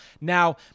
Now